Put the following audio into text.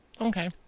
Okay